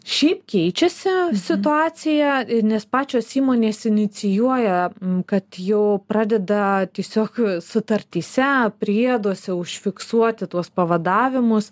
šiaip keičiasi situacija nes pačios įmonės inicijuoja kad jau pradeda tiesiog sutartyse prieduose užfiksuoti tuos pavadavimus